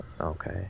Okay